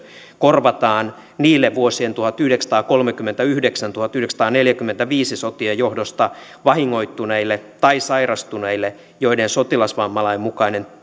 korvataan niille vuosien tuhatyhdeksänsataakolmekymmentäyhdeksän viiva tuhatyhdeksänsataaneljäkymmentäviisi sotien johdosta vahingoittuneille tai sairastuneille joiden sotilasvammalain mukainen